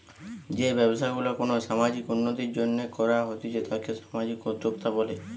যেই ব্যবসা গুলা কোনো সামাজিক উন্নতির জন্য করা হতিছে তাকে সামাজিক উদ্যোক্তা বলে